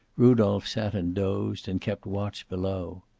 rudolph sat and dozed and kept watch below.